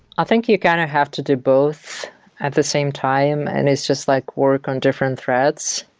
i think you kind of have to do both at the same time. and it's just like work on different threads.